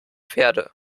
pferde